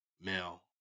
male